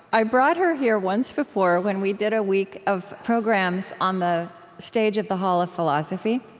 i brought her here once before, when we did a week of programs on the stage at the hall of philosophy.